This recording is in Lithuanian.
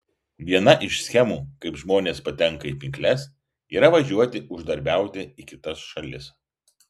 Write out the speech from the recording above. viena iš schemų kaip žmonės patenka į pinkles yra važiuoti uždarbiauti į kitas šalis